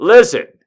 Listen